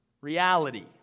reality